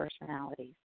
personalities